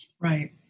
Right